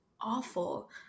awful